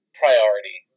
priority